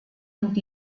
und